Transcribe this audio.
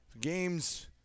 games